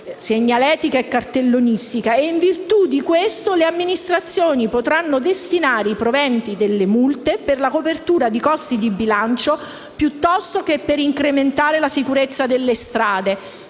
(segnaletica e cartellonistica). E, in virtù di questo, le amministrazioni potranno destinare i proventi delle relative multe per la copertura di costi di bilancio piuttosto che per incrementare la sicurezza sulle strade.